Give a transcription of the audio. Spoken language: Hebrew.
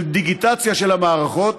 של דיגיטציה של המערכות,